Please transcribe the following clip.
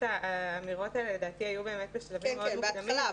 שהאמירות האלה היו בשלבים מאוד מוקדמים,